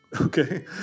Okay